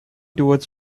towards